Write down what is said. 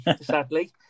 sadly